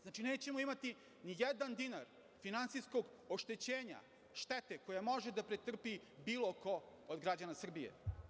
Znači, nećemo imati nijedan dinar finansijskog oštećenja štete koju može da pretrpi bilo ko od građana Srbije.